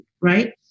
right